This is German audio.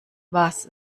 was